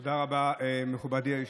תודה רבה, מכובדי היושב-ראש.